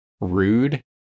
rude